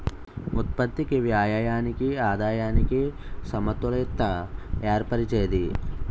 ఉత్పత్తికి వ్యయానికి ఆదాయానికి సమతుల్యత ఏర్పరిచేది